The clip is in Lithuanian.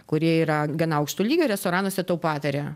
kurie yra gana aukšto lygio restoranuose tau pataria